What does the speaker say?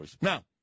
Now